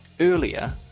Earlier